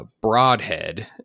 broadhead